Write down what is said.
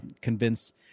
convince